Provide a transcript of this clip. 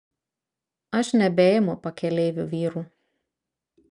aš nebeimu pakeleivių vyrų